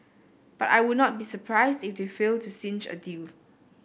but I would not be surprised if they fail to clinch a deal